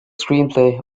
screenplay